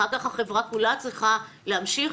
אחר כך החברה כולה צריכה להמשיך